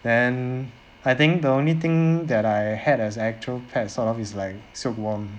then I think the only thing that I had as a actual pet sort of is like silk worm